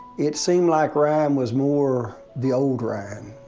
it seemed like ryan was more the old ryan,